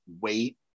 wait